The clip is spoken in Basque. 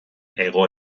hego